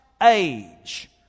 age